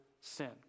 sin